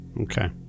Okay